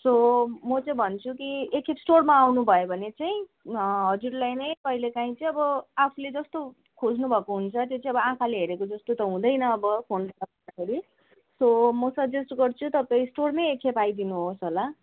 so म चाहिँ भन्छु कि एकखेप स्टोरमा आउनुभयो भने चाहिँ हजुरलाई नै कहिलेकाहीँ चाहिँ अब आफूले जस्तो खाज्नुभएको हुन्छ त्यो चाहिँ अब आँखाले हेरेजस्तो चाहिँ हुँदैन अब फोन सो म सजेस्ट गर्छु तपाईँ स्टोरमै एकखेप आइदिनु होस् होला